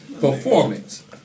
performance